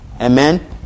Amen